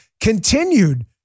continued